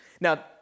Now